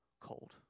cold